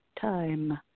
time